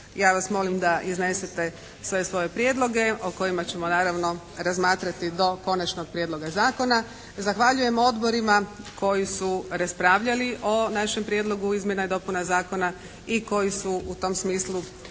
Ja vas molim da iznesete sve svoje prijedloge o kojima ćemo naravno razmatrati do konačnog prijedloga zakona. Zahvaljujem odborima koji su raspravljali o našem prijedlogu izmjena i dopuna zakona i koji su u tom smislu